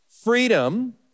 Freedom